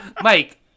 Mike